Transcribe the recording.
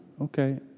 Okay